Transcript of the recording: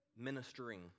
ministering